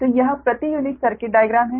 तो यह प्रति यूनिट सर्किट डाइग्राम है